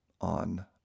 on